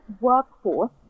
workforce